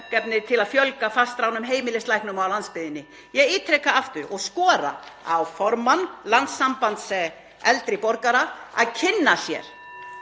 til að fjölga fastráðnum heimilislæknum á landsbyggðinni. Ég ítreka aftur og skora á formann Landssambands eldri borgara að kynna sér